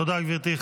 תודה, גברתי.